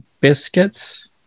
biscuits